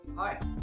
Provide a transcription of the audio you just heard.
Hi